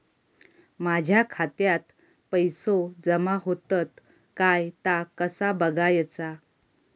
माझ्या खात्यात पैसो जमा होतत काय ता कसा बगायचा?